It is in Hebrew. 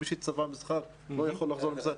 מי שצפה במשחק אחד לא יוכל להגיע למשחק הבא.